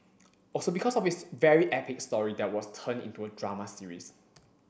also because of his very epic story that was turned into a drama series